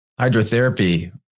hydrotherapy